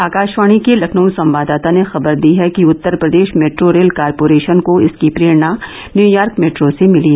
आकाशवाणी के लखनऊ संवाददाता ने खबर दी है कि Uttar Pradesh metro rail corporation को इसकी प्रेरणा न्यूयॉर्क मेट्रो से मिली